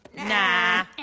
Nah